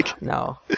No